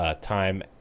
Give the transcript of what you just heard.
Time